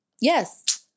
Yes